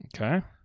Okay